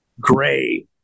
gray